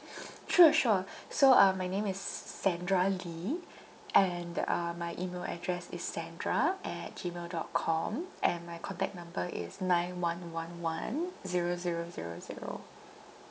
sure sure so uh my name is s~ sandra lee and uh my email address is sandra at gmail dot com and my contact number is nine one one one zero zero zero zero